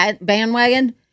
bandwagon